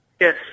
Yes